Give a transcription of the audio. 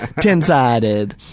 Ten-sided